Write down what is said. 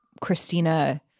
Christina